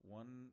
one